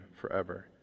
forever